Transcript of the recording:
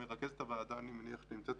נעשו